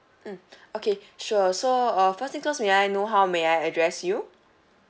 mm okay sure so uh first thing first may I know how may I address you